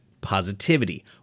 Positivity